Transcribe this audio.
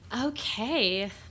Okay